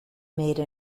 made